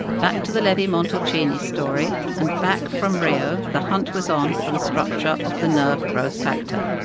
back to the levi-montalcini story. and back from rio, the hunt was on for the structure of the nerve growth factor.